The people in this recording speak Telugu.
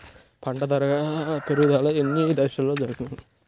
పంట పెరుగుదల ఎన్ని దశలలో జరుగును?